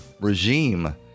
regime